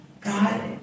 God